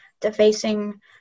defacing